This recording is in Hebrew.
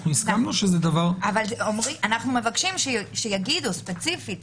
אנחנו מבקשים שיגידו ספציפית.